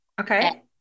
Okay